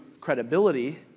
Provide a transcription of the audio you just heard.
credibility